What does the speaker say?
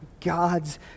God's